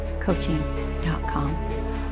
coaching.com